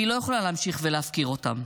והיא לא יכולה להמשיך להפקיר אותם,